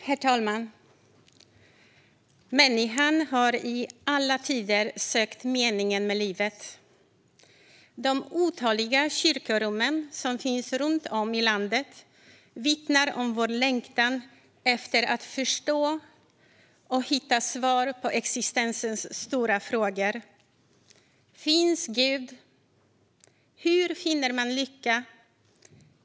Herr talman! Människan har i alla tider sökt meningen med livet. De otaliga kyrkorum som finns runt om i landet vittnar om vår längtan efter att förstå och hitta svar på existensens stora frågor: Finns Gud? Hur finner man lycka?